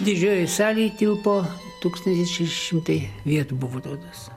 didžiojoj salėj tilpo tūkstantis šeši šimtai vietų buvo duotos